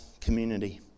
community